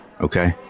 Okay